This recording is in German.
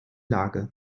lage